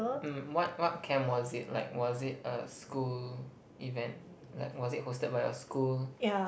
um what what camp was it like was it a school event like was it hosted by your school